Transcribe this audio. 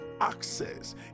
access